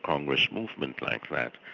congress movement like that.